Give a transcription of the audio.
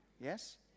Yes